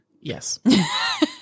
Yes